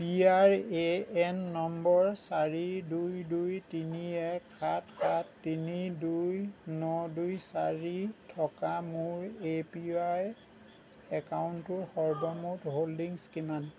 P R A N নম্বৰ চাৰি দুই দুই তিনি এক সাত সাত তিনি দুই ন দুই চাৰি থকা মোৰ এ পি ৱাই একাউণ্টটোৰ সৰ্বমুঠ হোল্ডিংছ কিমান